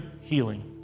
healing